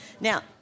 Now